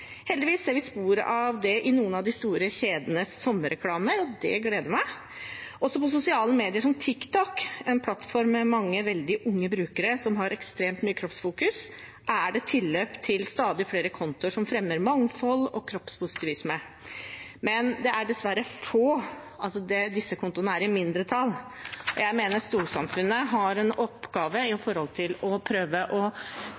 Heldigvis ser vi spor av det i noen av de store kjedenes sommerreklamer, og det gleder meg. Også på sosiale medier som TikTok, en plattform med mange veldig unge brukere, som har ekstremt mye kroppsfokus, er det tilløp til stadig flere kontoer som fremmer mangfold og kroppspositivisme. Men det er dessverre få. Disse kontoene er i mindretall, og jeg mener storsamfunnet har en oppgave med å